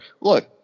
Look